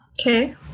okay